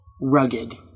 rugged